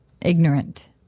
Ignorant